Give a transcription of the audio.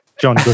John